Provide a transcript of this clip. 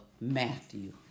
Matthew